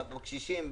בקשישים,